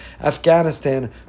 Afghanistan